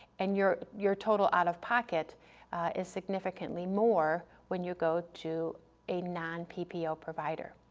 and your your total out-of-pocket is significantly more when you go to a non-ppo provider.